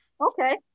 Okay